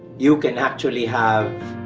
you can actually have